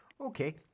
Okay